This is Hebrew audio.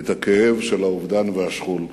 את הכאב של האובדן והשכול.